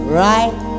right